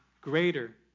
greater